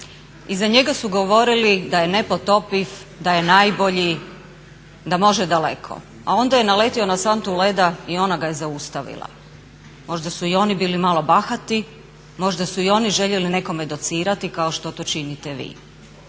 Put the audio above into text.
I za njega su govorili da je nepotopiv, da je najbolji, da može daleko. A onda je naletio na santu leda i ona ga je zaustavila. Možda su i oni bili malo bahati, možda su i oni željeli nekome docirati kao što to činite vi.